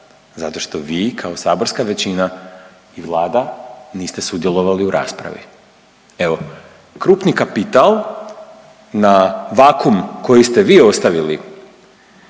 Zato što vi kao saborska većina i Vlada niste sudjelovali u raspravi. Evo krupni kapital na vakuum koji ste vi ostavili